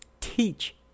teach